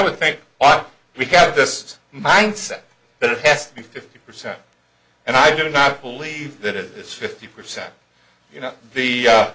would think we have this mindset that yes the fifty percent and i do not believe that it is fifty percent you know the